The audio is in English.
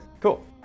cool